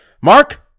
Mark